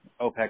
OPEC